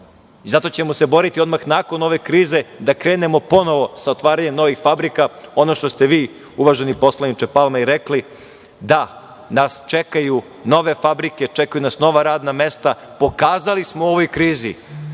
Zato ćemo se boriti odmah nakon ove krize da krenemo ponovo sa otvaranjem novih fabrika, ono što ste vi, uvaženi poslaniče Palma i rekli, da nas čekaju nove fabrike, čekaju nas nova radna mesta. Pokazali smo u ovoj krizi